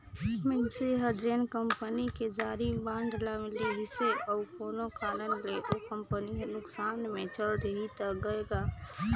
मइनसे हर जेन कंपनी के जारी बांड ल लेहिसे अउ कोनो कारन ले ओ कंपनी हर नुकसान मे चल देहि त गय गा